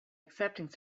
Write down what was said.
accepting